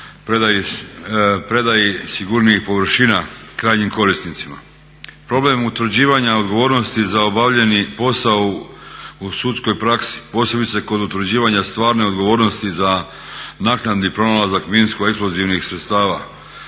predaji sigurnijih površina krajnjim korisnicima. Problem utvrđivanja odgovornosti za obavljeni posao u sudskoj praksi posebice kod utvrđivanja stvarne odgovornosti za naknadni pronalazak minsko eksplozivnih sredstava